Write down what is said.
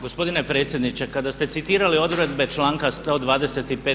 Gospodine predsjedniče, kada ste citirali odredbe članka 125.